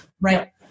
right